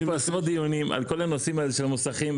היו פה עשרות דיונים על כל הנושאים האלה של המוסכים,